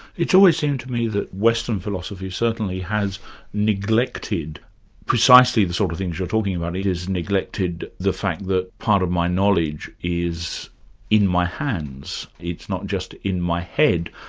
it's always seemed to me that western philosophy certainly has neglected precisely the sorts of things you're talking about. it has neglected the fact that part of my knowledge is in my hands, it's not just in my head.